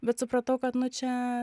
bet supratau kad nu čia